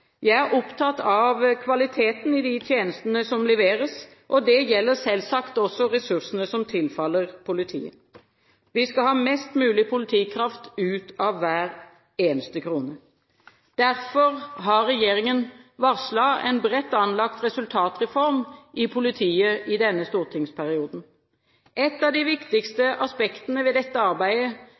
Jeg er opptatt av kvaliteten i de tjenester som leveres, og det gjelder selvsagt også ressursene som tilfaller politiet. Vi skal ha mest mulig politikraft ut av hver eneste krone. Derfor har regjeringen varslet en bredt anlagt resultatreform i politiet i denne stortingsperioden. Et av de viktigste aspektene ved dette arbeidet